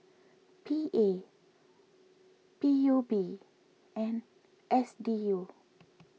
P A P U B and S D U